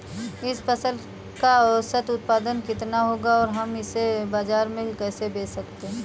इस फसल का औसत उत्पादन कितना होगा और हम इसे बाजार में कैसे बेच सकते हैं?